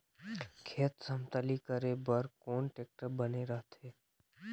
खेत समतलीकरण बर कौन टेक्टर बने रथे?